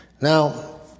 Now